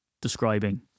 describing